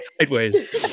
sideways